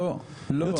ש --- לא,